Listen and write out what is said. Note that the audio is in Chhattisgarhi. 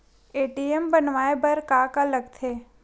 ए.टी.एम बनवाय बर का का लगथे?